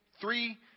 three